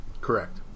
Correct